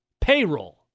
payroll